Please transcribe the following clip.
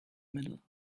middle